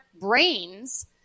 brains